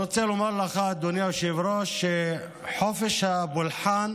אני רוצה לומר לך, אדוני היושב-ראש, חופש הפולחן